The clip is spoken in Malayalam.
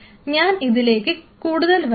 ഞാൻ ഇതിലേക്ക് കൂടുതൽ വരാം